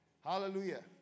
Hallelujah